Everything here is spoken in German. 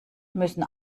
müssen